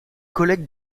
collègues